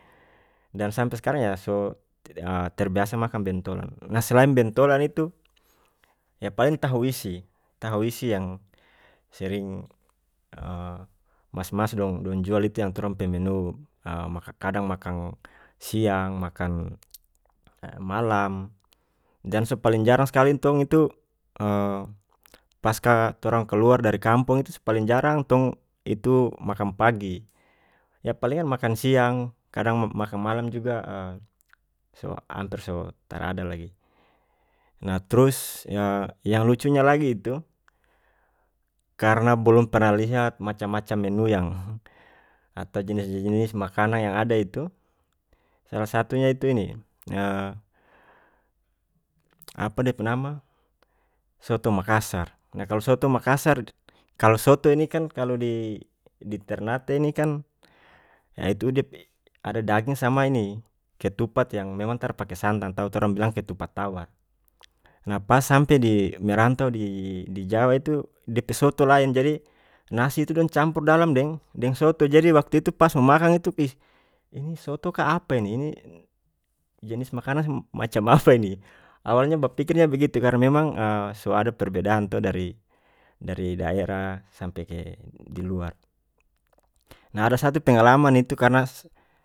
Dan sampe skarang yah so terbiasa makang bentolan nah selain bentolan itu yah paling tahu isi tahu isi yang sering mas mas dong-dong jual itu yang torang pe menu ah maka kadang makang siang makang malam dan so paling jarang skali tong itu paska torang keluar dari kampung itu so paling jarang tong itu makang pagi yah palingan makang siang kadang ma-makang malam juga so amper so tarada lagi nah trus yah yang lucunya lagi itu karena bolom pernah lihat macam macam menu yang atau jenis jenis makanang yang ada itu salah satunya itu ini apa de pe nama soto makassar nah kalu soto makassar kalu soto ini kan kalu di-di ternate ini kan itu dia pe ada daging sama ini ketupat yang memang tara pake santang atau torang bilang ketupat tawar nah pas sampe di merantau di-di jawa itu dia pe soto laen jadi nasi itu dong campur dalam deng-deng soto jadi waktu itu pas mo makang itu ihh ini soto ka apa ini ini jenis makanang macam apa ini awalnya bapikirnya begitu karena memang soa ada perbedaan to dari-dari daerah sampe ke di luar nah ada satu pengalaman itu karena.